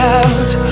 out